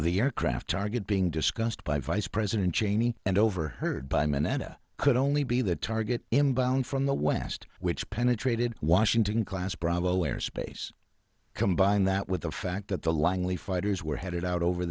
the aircraft target being discussed by vice president cheney and overheard by minetta could only be the target him bound from the west which penetrated washington class bravo airspace combine that with the fact that the langley fighters were headed out over